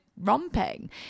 romping